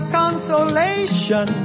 consolation